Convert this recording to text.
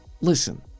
Listen